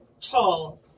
tall